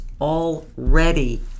already